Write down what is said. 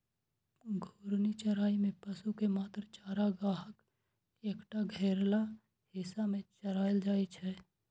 घूर्णी चराइ मे पशु कें मात्र चारागाहक एकटा घेरल हिस्सा मे चराएल जाइ छै